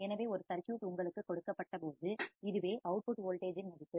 எனவே ஒரு சர்க்யூட் உங்களுக்கு கொடுக்கப்பட்ட போது இதுவே அவுட் புட் வோல்டேஜ் இன் மதிப்பு